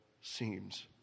seems